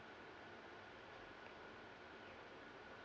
two